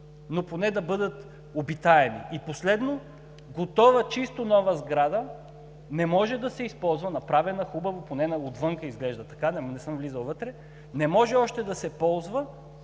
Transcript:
но поне да бъдат обитаеми. И последно: готова, чисто нова сграда не може да се използва, направена хубаво, поне отвън изглежда така – не съм влизал